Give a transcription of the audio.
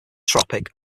tropic